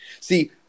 see